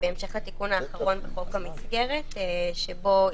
בהמשך לתיקון האחרון בחוק המסגרת בו